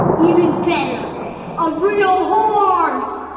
even better a real horse!